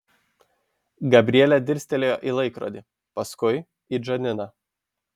gabrielė dirstelėjo į laikrodį paskui į džaniną